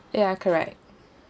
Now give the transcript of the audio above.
ya correct